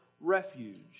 refuge